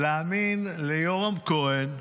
להאמין ליורם כהן,